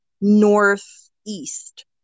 northeast